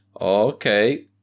Okay